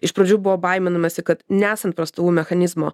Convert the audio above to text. iš pradžių buvo baiminamasi kad nesant prastovų mechanizmo